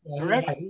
correct